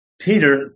Peter